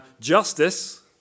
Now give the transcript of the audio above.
justice